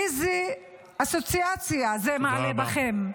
איזו אסוציאציה זה מעלה בכם?